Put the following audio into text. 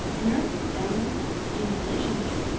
in order to download the installation kits,